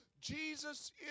Jesus